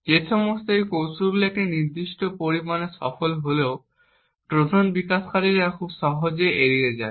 যে এই সমস্ত কৌশলগুলি একটি নির্দিষ্ট পরিমাণে সফল হলেও ট্রোজান বিকাশকারীরা খুব সহজেই এড়িয়ে যায়